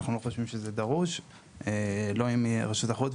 אנחנו לא חושבים שזה דרוש לא רשות התחרות,